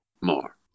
More